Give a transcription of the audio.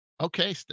okay